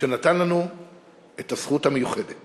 שנתן לנו את הזכות המיוחדת